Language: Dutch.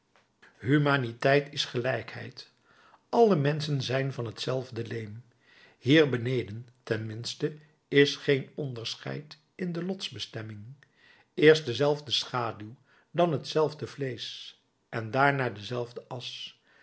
humaniteit is gelijkheid alle menschen zijn van hetzelfde leem hier beneden ten minste is geen onderscheid in de lotsbestemming eerst dezelfde schaduw dan hetzelfde vleesch en daarna dezelfde asch